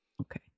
Okay